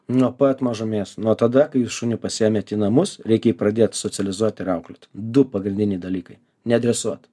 nuo pat mažumės nuo tada kai jūs šunį pasiėmėt į namus reikia jį pradėt socializuot ir auklėt du pagrindiniai dalykai ne dresuot